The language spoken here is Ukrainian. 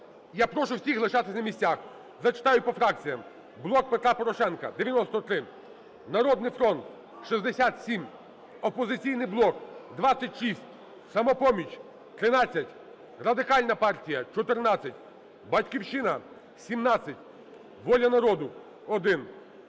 Я прошу всіх лишатись на місцях, зачитаю по фракціях. "Блок Петра Порошенка" – 93, "Народний фронт" – 67, "Опозиційний блок" – 26, "Самопоміч" – 13, Радикальна партія – 14, "Батьківщина" – 17, "Воля народу" –